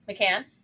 mccann